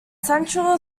central